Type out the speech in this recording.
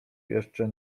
jeszcze